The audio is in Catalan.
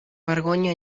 vergonya